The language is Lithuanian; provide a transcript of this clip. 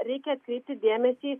reikia atkreipti dėmesį